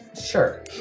Sure